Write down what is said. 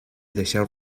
deixeu